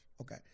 Okay